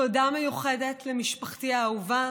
תודה מיוחדת למשפחתי האהובה,